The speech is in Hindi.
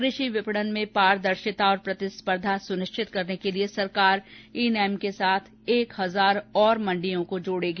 कृषि विपणन में पारदर्शिता और प्रतिस्पर्धा सुनिश्चित करने के लिए सरकार ई नैम के साथ एक हजार और मंडियों को एकीकृत करेगी